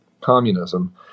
communism